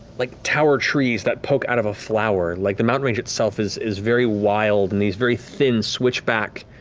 like tower trees that poke out of a flower, like the mountain range itself is is very wild, and these very thin switchback